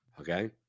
Okay